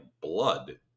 blood